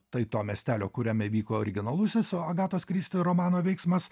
tai to miestelio kuriame vyko originalusis agatos kristi romano veiksmas